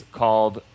called